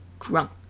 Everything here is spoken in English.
drunk